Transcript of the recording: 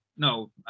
No